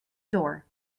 door